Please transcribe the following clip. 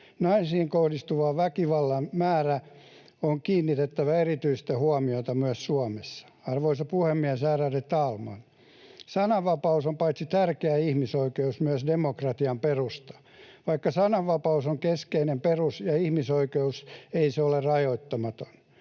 Naisiin kohdistuvan väkivallan määrään on kiinnitettävä erityistä huomiota myös Suomessa. Arvoisa puhemies, ärade talman! Sananvapaus on paitsi tärkeä ihmisoikeus myös demokratian perusta. Vaikka sananvapaus on keskeinen perus‑ ja ihmisoikeus, ei se ole rajoittamaton.